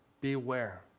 beware